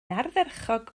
ardderchog